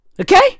Okay